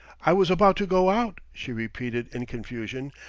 i was about to go out, she repeated in confusion.